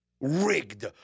rigged